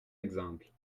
exemples